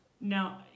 Now